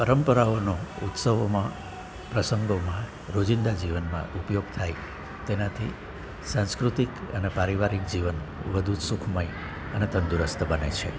પરંપરાઓનો ઉત્સવોમાં પ્રસંગોમાં રોજિંદા જીવનમાં ઉપયોગ થાય તેનાથી સાંસ્કૃતિક અને પારિવારિક જીવન વધુ સુખમય અને તંદુરસ્ત બને છે